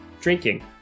drinking